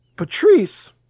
Patrice